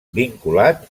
vinculat